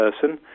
person